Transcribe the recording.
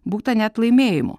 būta net laimėjimų